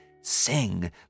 Sing